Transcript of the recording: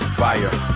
fire